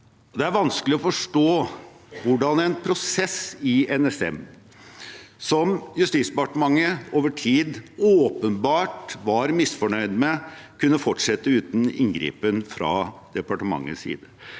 Det er vanskelig å forstå hvordan en prosess i NSM som Justisdepartementet over tid åpenbart var misfornøyd med, kunne fortsette uten inngripen fra departementets side.